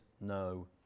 no